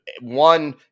One